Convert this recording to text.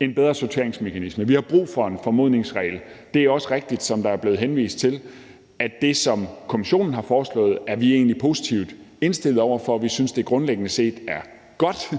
en bedre sorteringsmekanisme, at vi har brug for en formodningsregel. Det er også rigtigt, som der er blevet henvist til, at det, som Kommissionen har foreslået, er vi egentlig positivt indstillet over for. Vi synes grundlæggende set, at det er godt